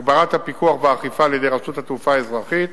הגברת הפיקוח והאכיפה על-ידי רשות התעופה האזרחית